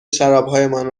شرابهایمان